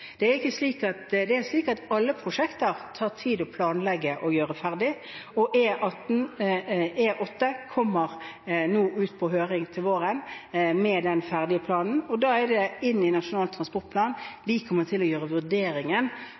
Det er slik at alle prosjekter tar det tid å planlegge og gjøre ferdig. E8 kommer ut på høring til våren med den ferdige planen, og da er det inn mot Nasjonal transportplan vi kommer til å gjøre